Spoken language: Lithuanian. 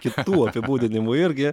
kitų apibūdinimų irgi